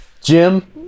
Jim